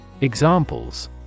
Examples